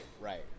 Right